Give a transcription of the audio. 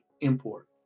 import